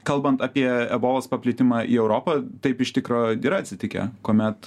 kalbant apie ebolos paplitimą į europą taip iš tikro yra atsitikę kuomet